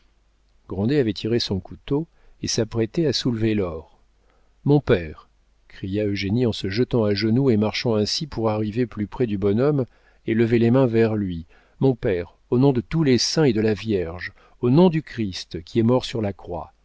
avait tiré son couteau et s'apprêtait à soulever l'or mon père cria eugénie en se jetant à genoux et marchant ainsi pour arriver plus près du bonhomme et lever les mains vers lui mon père au nom de tous les saints et de la vierge au nom du christ qui est mort sur la croix